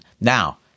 Now